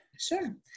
Sure